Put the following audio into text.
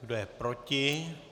Kdo je proti?